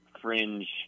fringe